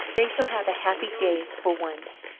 they shall have a happy day for once.